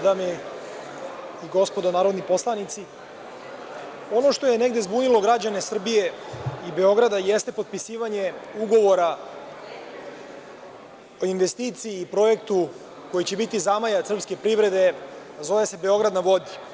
Dame i gospodo narodni poslanici, ono što je negde zbunilo građane Srbije i Beograda jeste potpisivanje ugovora o investiciji i projektu koji će biti zamajac srpske privrede, a zove se „Beograd na vodi“